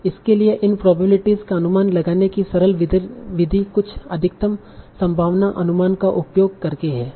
इसके लिए इन प्रोबेबिलिटीस का अनुमान लगाने की सरल विधि कुछ अधिकतम संभावना अनुमान का उपयोग करके है